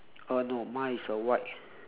uh no mine is a white